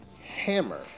hammer